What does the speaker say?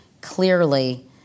clearly